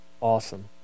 awesome